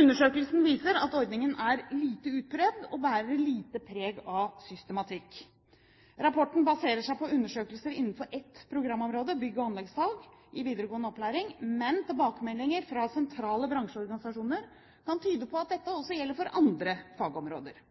Undersøkelsen viser at ordningen er lite utprøvd og bærer lite preg av systematikk. Rapporten baserer seg på undersøkelser innenfor ett programområde, bygg- og anleggsfag, i videregående opplæring, men tilbakemeldinger fra sentrale bransjeorganisasjoner kan tyde på at dette også gjelder for andre fagområder.